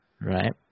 Right